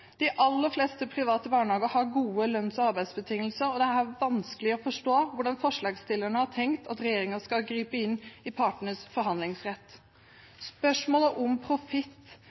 De aller fleste private barnehager har gode lønns- og arbeidsbetingelser, og det er vanskelig å forstå hvordan forslagsstillerne har tenkt at regjeringen skal gripe inn i partenes forhandlingsrett. Spørsmålet om profitt: